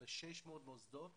ל-600 מוסדות